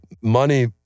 money